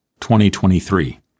2023